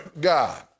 God